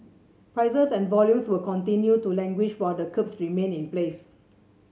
prices and volumes will continue to languish while the curbs remain in place